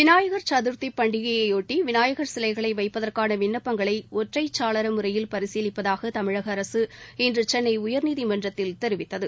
விநாயகர் சதுர்த்தி பண்டிகையையொட்டி விநாயகர் சிலைகளை வைப்பதற்கான விண்ணப்பங்களை ஒற்றைச்சாளர முறையில் பரிசீலிப்பதாக தமிழக அரசு இன்று சென்னை உயர்நீதிமன்றத்தில் தெரிவித்தது